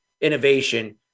innovation